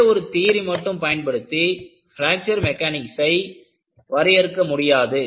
ஒரே ஒரு தியரி மட்டும் பயன்படுத்தி பிராக்ச்சர் மெக்கானிக்சை வரையறுக்க முடியாது